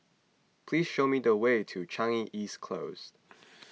please show me the way to Changi East Close